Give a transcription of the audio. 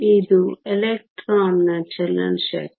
ಇದು ಎಲೆಕ್ಟ್ರಾನ್ನ ಚಲನ ಶಕ್ತಿ